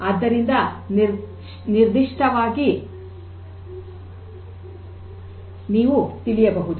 ಆದ್ದರಿಂದ ನಿರ್ದಿಷ್ಟವಾಗಿ ನೀವು ತಿಳಿಯಬಹುದು